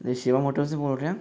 Shivam hotel से बोल रहे हैं